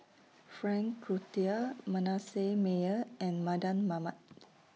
Frank Cloutier Manasseh Meyer and Mardan Mamat